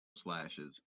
slashes